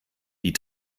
die